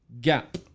gap